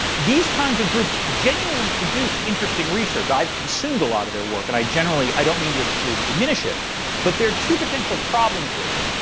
these kinds of groups genuinely produce interesting research. i've consumed a lot of their work. and i generally i don't mean to diminish it but there are two potential problems with it.